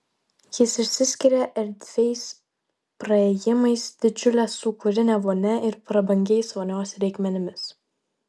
jis išsiskiria erdviais praėjimais didžiule sūkurine vonia ir prabangiais vonios reikmenimis